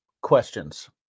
questions